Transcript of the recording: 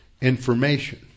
information